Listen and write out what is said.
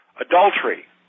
Adultery